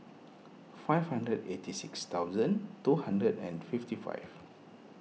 five hundred eighty six thousand two hundred and fifty five